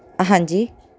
ਹਾਂਜੀ